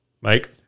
Mike